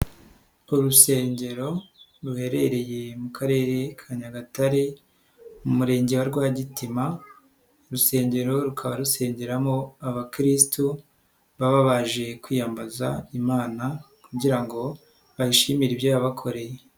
Urusengero ruherereye mu Karere ka Nyagatare mu Murenge wa Rwagitima, uru rusengero rukaba rusengeramo abakirisitu baba baje kwiyambaza Imana kugira ngo bayishimire ibyo yabakoreye.